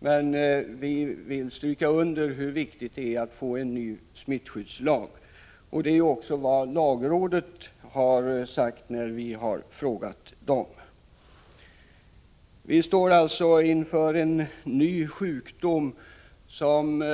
Utskottet vill emellertid stryka under hur viktigt det är att vi snarast får en ny smittskyddslag, vilket också lagrådet har sagt. Vi står alltså inför en ny sjukdom, som